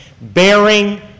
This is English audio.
bearing